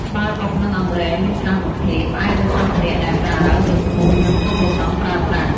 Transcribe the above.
ត្បាល់បុក និងអង្រែមានច្រើនប្រភេទ ផ្អែកលើសម្ភារៈដែលប្រើ, ទំហំ, និងគោលបំណងប្រើប្រាស់។